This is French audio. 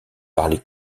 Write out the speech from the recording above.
parler